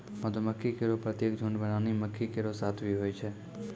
मधुमक्खी केरो प्रत्येक झुंड में रानी मक्खी केरो साथ भी होय छै